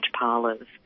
parlors